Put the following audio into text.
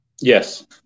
Yes